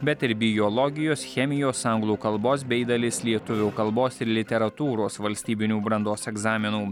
bet ir biologijos chemijos anglų kalbos bei dalis lietuvių kalbos ir literatūros valstybinių brandos egzaminų